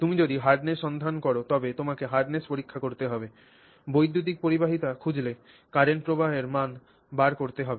তুমি যদি hardness সন্ধান কর তবে তোমাকে hardness পরীক্ষা করতে হবে বৈদ্যুতিক পরিবাহিতা খুঁজলে কারেন্ট প্রবাহের মান বার করতে হবে